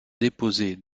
déposés